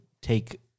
take